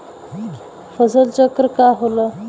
फसल चक्र का होला?